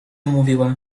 mówiła